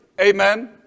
Amen